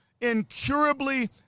incurably